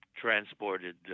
transported